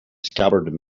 scabbard